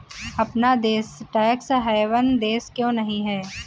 अपना देश tax haven देश क्यों नहीं है?